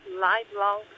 lifelong